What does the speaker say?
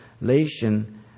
relation